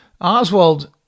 Oswald